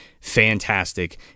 fantastic